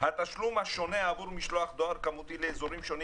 התשלום השונה עבור משלוח דואר כמותי לאזורים שונים